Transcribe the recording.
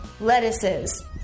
lettuces